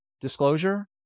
disclosure